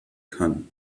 kann